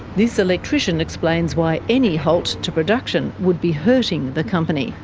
this electrician explains why any halt to production would be hurting the company.